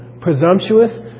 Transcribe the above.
presumptuous